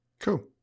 Cool